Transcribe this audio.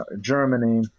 Germany